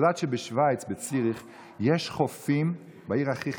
אבל היא לא רצתה.